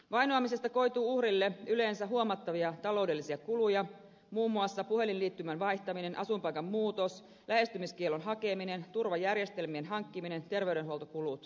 vainoamisesta koituu uhrille yleensä huomattavia taloudellisia kuluja muun muassa puhelinliittymän vaihtaminen asuinpaikan muutos lähestymiskiellon hakeminen turvajärjestelmien hankkiminen terveydenhuoltokulut